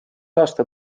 aasta